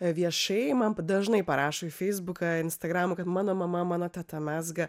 viešai man dažnai parašo į feisbuką instagramą kad mano mama mano teta mezga